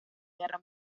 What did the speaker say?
guerra